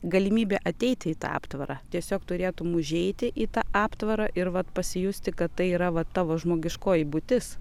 galimybė ateiti į tą aptvarą tiesiog turėtum užeiti į tą aptvarą ir vat pasijusti kad tai yra vat tavo žmogiškoji būtis